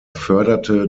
förderte